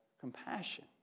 compassion